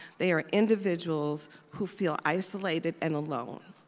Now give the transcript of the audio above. they are individuals who feel isolated and alone.